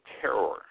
terror